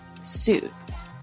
Suits